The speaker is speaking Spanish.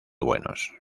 buenos